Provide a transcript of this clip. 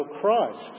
Christ